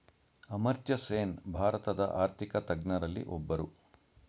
ಅಮರ್ತ್ಯಸೇನ್ ಭಾರತದ ಆರ್ಥಿಕ ತಜ್ಞರಲ್ಲಿ ಒಬ್ಬರು